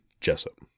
Jessup